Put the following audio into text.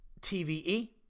TVE